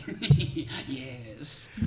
Yes